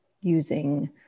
using